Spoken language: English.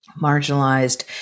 marginalized